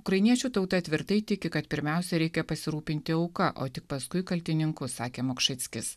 ukrainiečių tauta tvirtai tiki kad pirmiausia reikia pasirūpinti auka o tik paskui kaltininkus sakė mokšickis